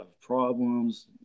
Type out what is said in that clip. problems